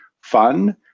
fun